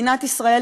מדינת ישראל,